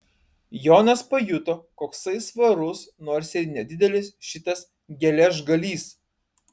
jonas pajuto koksai svarus nors ir nedidelis šitas geležgalys